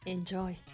Enjoy